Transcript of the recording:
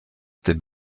den